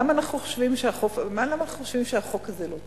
למה אנחנו חושבים שהחוק הזה לא טוב?